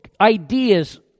ideas